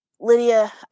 Lydia